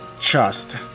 trust